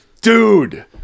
dude